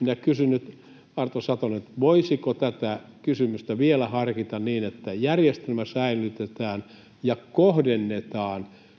Minä kysyn nyt, Arto Satonen: voisiko tätä kysymystä vielä harkita niin, että järjestelmä säilytetään ja kohdennetaan